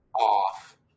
off